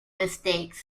mistakes